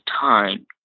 time